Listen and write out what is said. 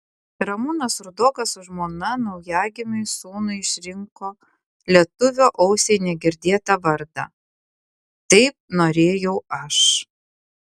ramūnas rudokas su žmona naujagimiui sūnui išrinko lietuvio ausiai negirdėtą vardą taip norėjau aš